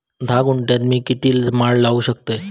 धा गुंठयात मी किती माड लावू शकतय?